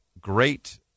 great